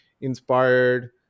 inspired